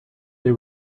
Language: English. they